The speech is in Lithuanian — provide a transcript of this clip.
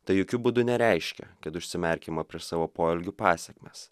tai jokiu būdu nereiškia kad užsimerkiama prieš savo poelgių pasekmes